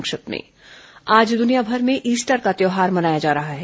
संक्षिप्त समाचार आज द्रनियाभर में ईस्टर का त्यौहार मनाया जा रहा है